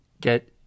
get